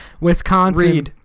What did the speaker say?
Wisconsin